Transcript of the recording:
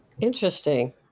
Interesting